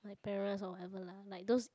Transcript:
my parents or whatever lah like those